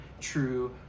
true